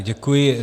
Děkuji.